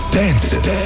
dancing